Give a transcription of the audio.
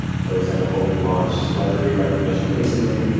for example, we launched celebrity recognition recently,